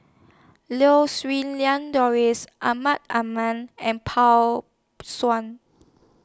Lau Siew Lang Doris Amrin Amin and Paw